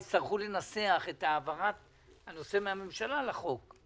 יצטרכו לנסח את העברת הנושא מהממשלה לחוק.